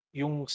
yung